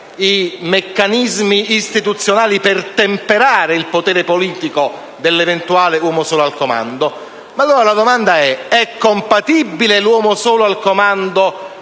i meccanismi istituzionali per temperare il potere politico dell'eventuale uomo solo al comando, ci si chiede: è compatibile l'uomo solo al comando